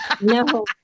No